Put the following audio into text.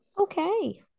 Okay